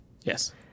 Yes